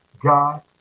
God